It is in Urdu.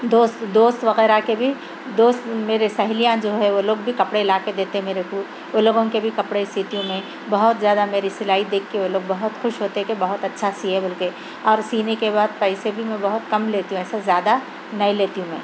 دوست دوست وغیرہ کے بھی دوست میرے سہلیاں جو ہے وہ لوگ بھی کپڑے لا کے دیتے میرے کو وہ لوگوں کے بھی کپڑے سیتی ہوں میں بہت زیادہ میری سِلائی دیکھ کے وہ لوگ بہت خوش ہوتے کہ بہت اچھا سئے بول کے اور سینے کے بعد پیسے بھی میں بہت کم لیتی ہوں ایسا زیادہ نہیں لیتی ہوں میں